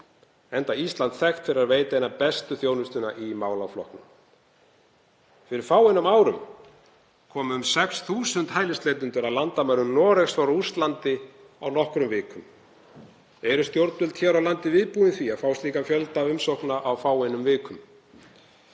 enda Ísland þekkt fyrir að veita eina bestu þjónustuna í málaflokknum. Fyrir fáeinum árum komu um 6.000 hælisleitendur að landamærum Noregs frá Rússlandi á nokkrum vikum. Eru stjórnvöld hér á landi viðbúin því að fá slíkan fjölda umsókna á fáeinum vikum?